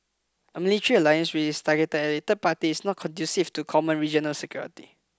a military alliance which is targeted at a third party is not conducive to common regional security